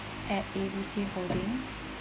at A B C holdings